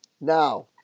Now